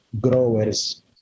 growers